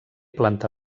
planta